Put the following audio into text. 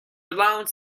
alone